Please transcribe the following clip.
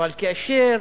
אבל כאשר